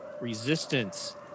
resistance